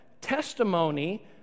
testimony